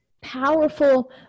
powerful